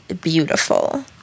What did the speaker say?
beautiful